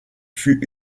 fut